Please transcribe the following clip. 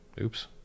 oops